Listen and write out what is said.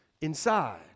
inside